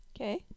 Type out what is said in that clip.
Okay